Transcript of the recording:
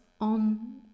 on